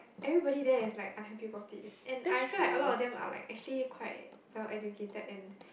everybody there is like unhappy about it and I feel like a lot of them are like actually quite well educated and